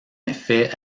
effet